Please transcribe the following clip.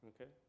Okay